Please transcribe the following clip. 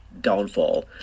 downfall